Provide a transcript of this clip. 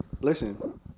listen